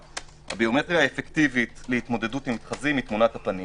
הביומטריה האפקטיבית להתמודדות עם מתחזים היא תמונת הפנים.